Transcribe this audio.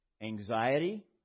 anxiety